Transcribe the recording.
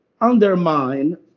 undermine